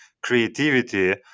creativity